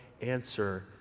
answer